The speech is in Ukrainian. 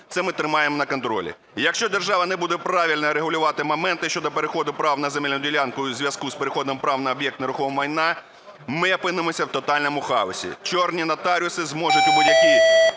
Це ми тримаємо на контролі. Якщо держава не буде правильно регулювати моменти щодо переходу прав на земельну ділянку у зв'язку з переходом прав на об'єкт нерухомого майна, ми опинимося в тотальному хаосі, "чорні" нотаріуси зможуть у будь-якої